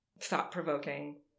thought-provoking